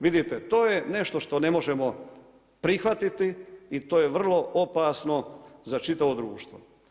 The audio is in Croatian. Vidite to je nešto što ne možemo prihvatiti i to je vrlo opasno za čitavo društvo.